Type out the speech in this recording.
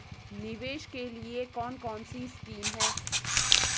निवेश के लिए कौन कौनसी स्कीम हैं?